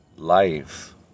Life